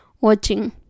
watching